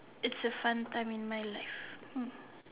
it's a fun time in my life